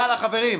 יאללה, חברים.